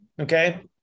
Okay